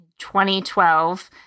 2012